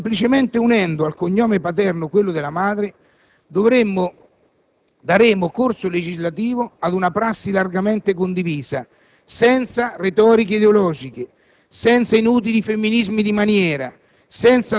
Pertanto, non con questa motivazione, ma semplicemente unendo al cognome paterno quello della madre daremo corso legislativo ad una prassi largamente condivisa senza retoriche ideologiche,